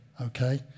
okay